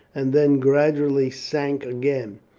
and then gradually sank again.